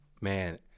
Man